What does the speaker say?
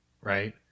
Right